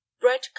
Bread